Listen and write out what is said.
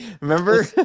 Remember